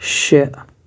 شےٚ